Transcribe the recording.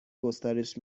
گسترش